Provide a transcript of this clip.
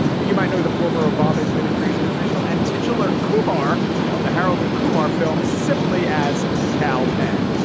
but you might know the former obama administration official and titular kumar of the harold and kumar films simply as kal penn